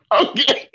okay